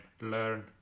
learn